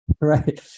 Right